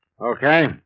Okay